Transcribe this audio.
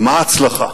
ומה ההצלחה?